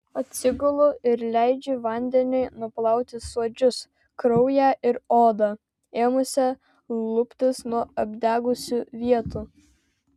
atsigulu ir leidžiu vandeniui nuplauti suodžius kraują ir odą ėmusią luptis nuo apdegusių vietų